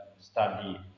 study